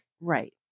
right